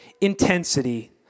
intensity